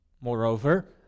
Moreover